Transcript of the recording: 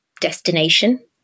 destination